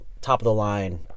top-of-the-line